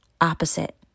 opposite